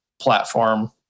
platform